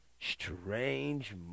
Strange